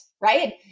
right